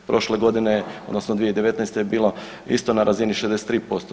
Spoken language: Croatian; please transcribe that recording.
Prošle godine odnosno 2019. je bila isto na razini 63%